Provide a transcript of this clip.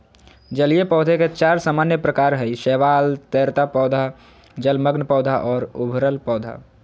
जलीय पौधे के चार सामान्य प्रकार हइ शैवाल, तैरता पौधा, जलमग्न पौधा और उभरल पौधा